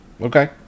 Okay